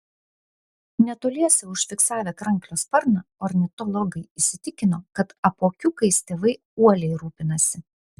netoliese užfiksavę kranklio sparną ornitologai įsitikino kad apuokiukais tėvai uoliai rūpinasi